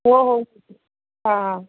हो हो हा हा